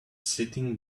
sitting